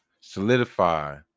solidify